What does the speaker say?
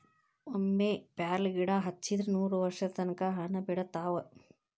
ಒಮ್ಮೆ ಪ್ಯಾರ್ಲಗಿಡಾ ಹಚ್ಚಿದ್ರ ನೂರವರ್ಷದ ತನಕಾ ಹಣ್ಣ ಬಿಡತಾವ